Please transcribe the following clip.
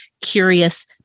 curious